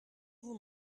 vous